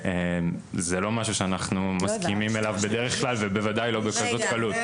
זה לא משהו שאנחנו מסכימים אליו בדרך כלל ובוודאי לא בכזאת קלות.